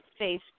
Facebook